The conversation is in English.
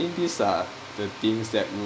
I think these are the things that would